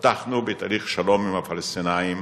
פתחנו בתהליך שלום עם הפלסטינים,